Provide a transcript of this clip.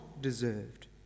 deserved